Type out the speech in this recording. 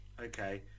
okay